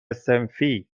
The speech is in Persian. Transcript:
صنفی